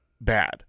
bad